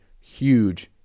huge